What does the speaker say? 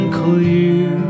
clear